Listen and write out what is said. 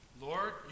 Lord